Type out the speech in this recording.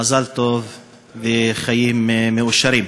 מזל טוב וחיים מאושרים.